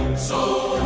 so